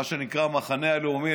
מה שנקרא המחנה הלאומי,